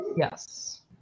Yes